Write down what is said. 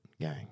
gang